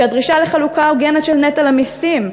הדרישה לחלוקה הוגנת של נטל המסים,